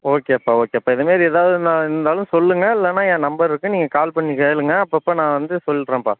ஓகேப்பா ஓகேப்பா இதமாரி ஏதாவது ந இருந்தாலும் சொல்லுங்கள் இல்லைனா என் நம்பர் இருக்கு நீங்கள் கால் பண்ணி கேளுங்கள் அப்பப்போ நான் வந்து சொல்லுறேன்ப்பா